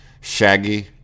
Shaggy